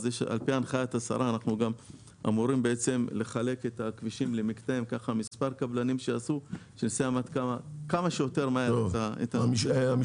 אם אנחנו מדברים על הסדר של הכבישים המשפיעים ביותר במדינת ישראל,